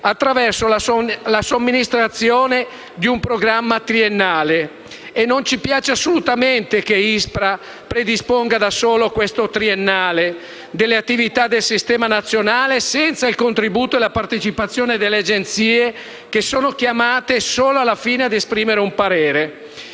attraverso la somministrazione di un programma triennale. Non ci piace assolutamente che ISPRA predisponga da sola questo programma triennale delle attività del Sistema nazionale senza il contributo e la partecipazione delle Agenzie che sono chiamate solo alla fine a esprimere un parere.